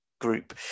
group